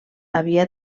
havia